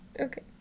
Okay